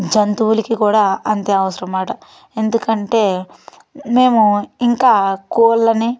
జంతువులకి కూడా అంతే అవసరం అన్నమాట ఎందుకంటే మేము ఇంకా కోళ్ళని